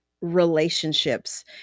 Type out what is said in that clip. relationships